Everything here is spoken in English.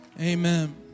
amen